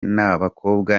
n’abakobwa